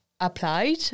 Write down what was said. applied